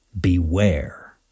Beware